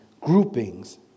groupings